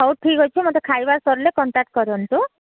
ହଉ ଠିକ୍ ଅଛି ମୋତେ ଖାଇବା ସରିଲେ କଣ୍ଟାକ୍ଟ କରନ୍ତୁ